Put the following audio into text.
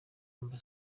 amb